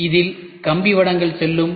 எனவே அதில் கம்பிவடங்கள் செல்லும்